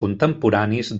contemporanis